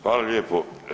Hvala lijepo.